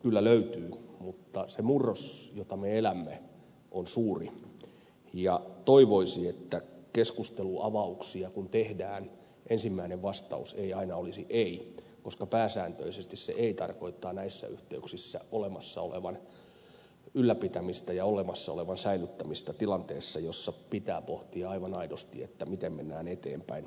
kyllä löytyy mutta se murros jota me elämme on suuri ja toivoisi että kun keskusteluavauksia tehdään ensimmäinen vastaus ei aina olisi ei koska pääsääntöisesti se ei tarkoittaa näissä yhteyksissä olemassa olevan ylläpitämistä ja olemassa olevan säilyttämistä tilanteessa jossa pitää pohtia aivan aidosti miten mennään eteenpäin